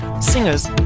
singers